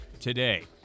today